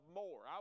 more